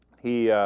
he